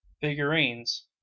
figurines